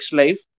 life